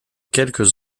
quelques